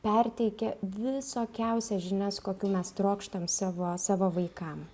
perteikia visokiausias žinias kokių mes trokštam savo savo vaikam